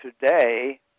Today